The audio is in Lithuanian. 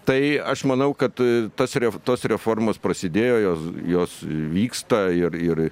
tai aš manau kad tas ref tos reformos prasidėjo jos jos vyksta ir ir